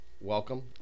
Welcome